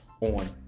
on